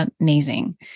Amazing